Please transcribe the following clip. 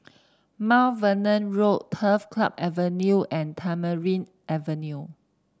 Mount Vernon Road Turf Club Avenue and Tamarind Avenue